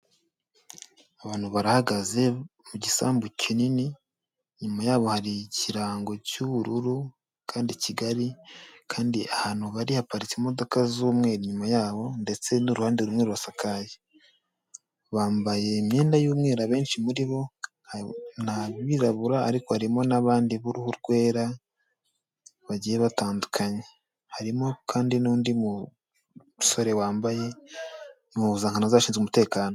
Abantu barahagaze, mu gisambu kinini, inyuma yabo hari ikirango cy'ubururu kandi kigari, kandi ahantu bari haparitse imodoka z'umweru inyuma yabo, ndetse n'uruhande rumwe rurasakaye, bambaye imyenda y'umweru, abenshi muri bo ni abirabura, ariko harimo n'abandi b'uruhu rwera, bagiye batandukanye, harimo kandi n'undi mu musore wambaye impuzankano z'abashinzwe umutekano.